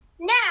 Now